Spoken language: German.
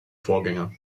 vorgänger